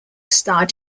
starred